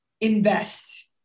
Invest